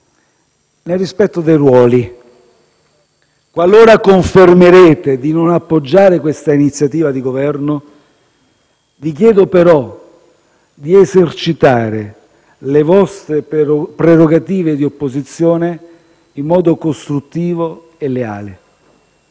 nel rispetto dei ruoli. Qualora confermerete di non appoggiare questa iniziativa di Governo, vi chiedo però di esercitare le vostre prerogative di opposizione in modo costruttivo e leale.